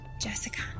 Jessica